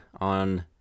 on